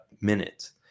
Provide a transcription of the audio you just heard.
minutes